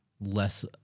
less